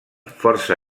força